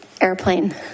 airplane